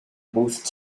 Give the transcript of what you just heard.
both